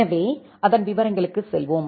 எனவே அதன் விவரங்களுக்கு செல்வோம்